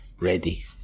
ready